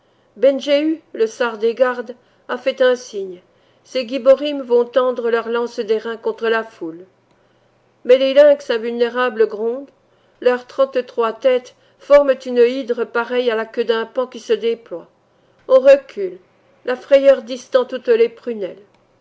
ben jëhu le sar des gardes a fait un signe ses guibborim vont tendre leurs lances d'airain contre la foule mais les lynx invulnérables grondent leurs trente-trois têtes forment une hydre pareille à la queue d'un paon qui se déploie on recule la frayeur distend toutes les prunelles